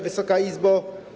Wysoka Izbo!